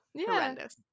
horrendous